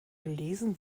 gelesen